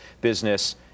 business